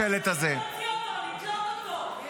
לא שמעתי חבר כנסת אחד --------- אתה התחלת --- בסדר,